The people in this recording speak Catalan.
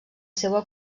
seua